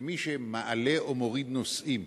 שמי שמעלה או מוריד נוסעים